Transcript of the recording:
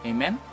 Amen